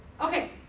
Okay